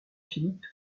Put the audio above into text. philippe